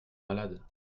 malade